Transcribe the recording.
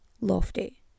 Lofty